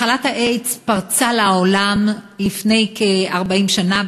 מחלת האיידס פרצה לעולם לפני כ-40 שנה,